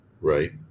right